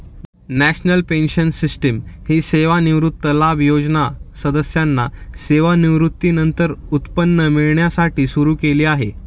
national pension system ही सेवानिवृत्ती लाभ योजना सदस्यांना सेवानिवृत्तीनंतर उत्पन्न मिळण्यासाठी सुरू केली आहे